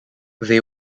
they